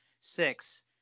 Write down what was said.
six